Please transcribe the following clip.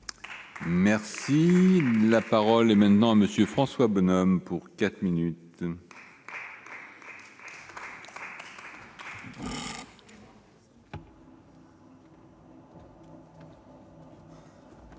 Merci, la parole est maintenant à monsieur François Bonhomme pour 4 minutes.